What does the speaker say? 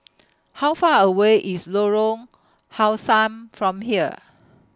How Far away IS Lorong How Sun from here